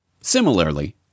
Similarly